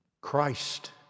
Christ